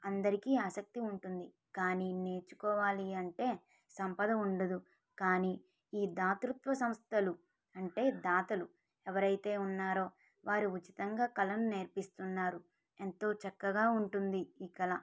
అందరికీ ఆసక్తి ఎంతో ఆసక్తి ఉంటుంది కానీ నేర్చుకోవాలి అంటే సంపద ఉండదు కానీ ఈ దాతృత్వ సంస్థలు అంటే దాతలు ఎవరైతే ఉన్నారో వారు ఉచితంగా కళను నేర్పిస్తున్నారు ఎంతో చక్కగా ఉంటుంది ఈ కళ